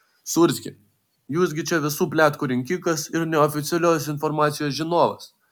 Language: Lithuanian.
sūrski jūs gi čia visų pletkų rinkikas ir neoficialios informacijos žinovas